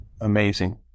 amazing